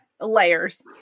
layers